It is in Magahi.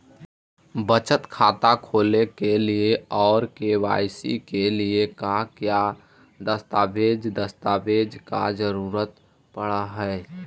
बचत खाता खोलने के लिए और के.वाई.सी के लिए का क्या दस्तावेज़ दस्तावेज़ का जरूरत पड़ हैं?